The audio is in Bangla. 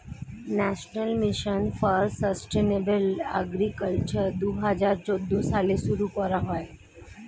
national mission for sustainable agriculture দুহাজার চৌদ্দ সালে শুরু করা হয়